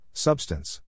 Substance